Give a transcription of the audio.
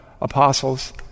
apostles